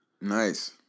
Nice